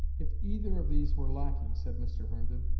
if either of these were lacking, said mr. herndon,